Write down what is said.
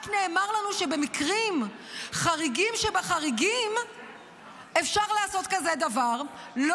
רק נאמר לנו שבמקרים חריגים שבחריגים אפשר לעשות דבר כזה.